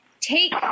take –